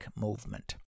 movement